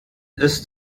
ist